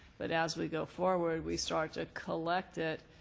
but as we go forward, we start to collect it